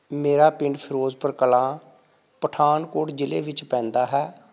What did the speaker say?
ਮੇਰਾ ਪਿੰਡ ਫਿਰੋਜ਼ਪੁਰ ਕਲਾਂ ਪਠਾਨਕੋਟ ਜ਼ਿਲ੍ਹੇ ਵਿੱਚ ਪੈਂਦਾ ਹੈ